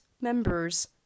members